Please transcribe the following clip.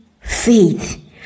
faith